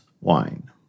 wine